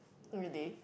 really